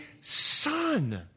son